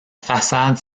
façade